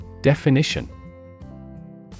Definition